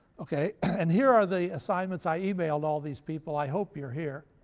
okay, and here are the assignments. i emailed all these people. i hope you're here,